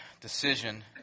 decision